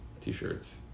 t-shirts